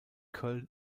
köln